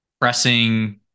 pressing